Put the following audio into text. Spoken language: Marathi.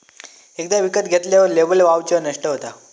एकदा विकत घेतल्यार लेबर वाउचर नष्ट होता